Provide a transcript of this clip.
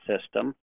system